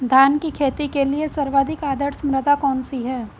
धान की खेती के लिए सर्वाधिक आदर्श मृदा कौन सी है?